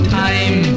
time